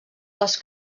les